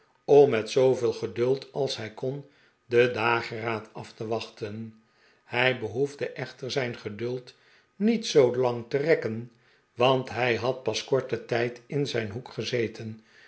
om met zooveel geduld als hij kon den dageraad af te wachten hij behoefde echter zijn geduld niet zoolang te rekken want hij had pas korten tijd in zijn hoek gezeten